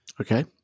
Okay